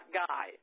guy